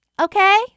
okay